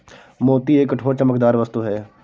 मोती एक कठोर, चमकदार वस्तु है